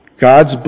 God's